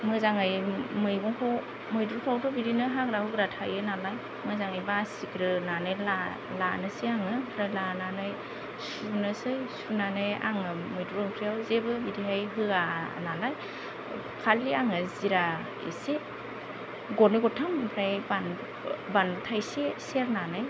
मोजाङै मैगंखौ मैद्रुफोरावथ' हाग्रा हुग्रा थायो नालाय मोजाङै बासिग्रोनानै लानोसै आङो ओमफ्राय लानोसै लानानै सुनोसै सुनानै आङो मैद्रु ओंख्रिआव जेबो बिदिबहाय होआ नालाय खालि आङो जिरा इसे गरनै गरथाम ओमफ्राय बानलु बानलु थायसे सेरनानैै